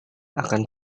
akan